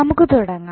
നമുക്ക് തുടങ്ങാം